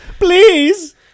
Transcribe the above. Please